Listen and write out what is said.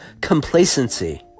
complacency